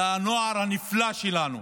לנוער הנפלא שלנו,